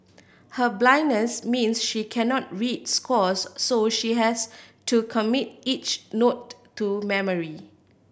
her blindness means she cannot read scores so she has to commit each note to memory